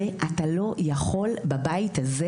אתה לא יכול בבית הזה